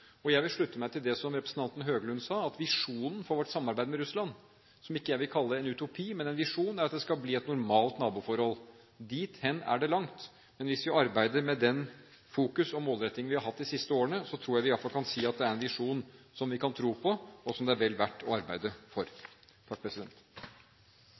Jeg vil slutte meg til det som representanten Høglund sa, at visjonen for vårt samarbeid med Russland – som jeg ikke vil kalle en utopi, men en visjon – er at det skal bli et normalt naboforhold. Dit er det langt, men hvis vi arbeider med den fokusering og den målretting vi har hatt de siste årene, tror jeg vi iallfall kan si at det er en visjon som vi kan tro på, og som det er vel verdt å arbeide